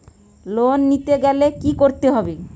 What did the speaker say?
Loan নিতে গেলে কি করতে হবে?